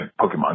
Pokemon